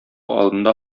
алдында